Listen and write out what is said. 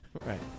Right